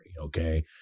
okay